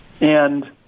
And-